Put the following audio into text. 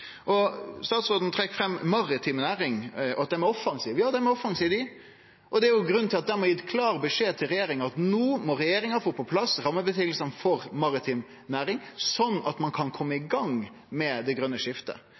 og det er grunnen til at dei har gitt klar beskjed til regjeringa om at no må regjeringa få på plass rammevilkåra for maritim næring, slik at ein kan kome i gang med det grøne skiftet.